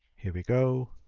here we go,